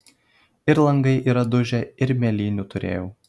ir langai yra dužę ir mėlynių turėjau